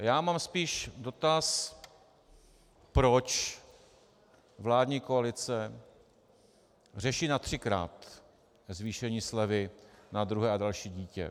Já mám spíš dotaz, proč vládní koalice řeší natřikrát zvýšení slevy na druhé a další dítě.